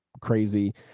crazy